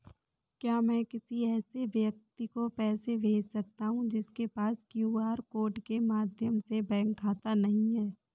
क्या मैं किसी ऐसे व्यक्ति को पैसे भेज सकता हूँ जिसके पास क्यू.आर कोड के माध्यम से बैंक खाता नहीं है?